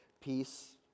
peace